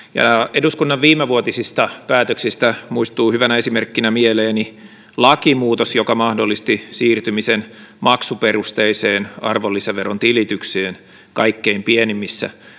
eduskunnan viimevuotisista päätöksistä muistuu hyvänä esimerkkinä mieleeni lakimuutos joka mahdollisti siirtymisen maksuperusteiseen arvonlisäveron tilitykseen kaikkein pienimmissä